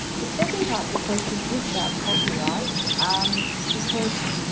the second part of the question is about copyright um because